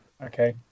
Okay